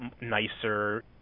nicer